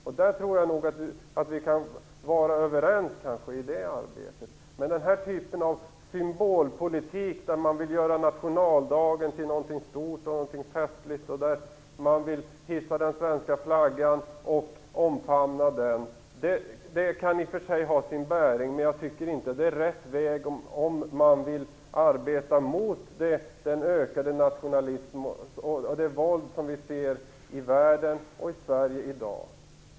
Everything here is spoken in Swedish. I det arbetet tror jag att vi kan vara överens. Denna typ av symbolpolitik, där man vill göra nationaldagen till något stort och festligt och hissa och omfamna den svenska flaggan, kan i och för sig ha sin bäring. Men jag tycker inte att det är rätt väg om man vill arbeta mot den ökade nationalism och det våld vi ser i världen och i Sverige i dag.